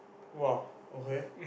!wah! okay